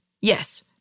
Yes